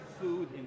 food